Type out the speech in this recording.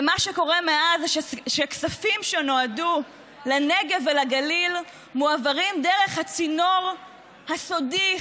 ומה שקורה מאז זה שכספים שנועדו לנגב ולגליל מועברים דרך הצינור הסודי,